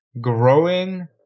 growing